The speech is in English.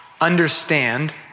understand